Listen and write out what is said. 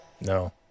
No